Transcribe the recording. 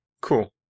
Cool